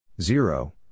Zero